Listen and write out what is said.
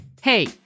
Hey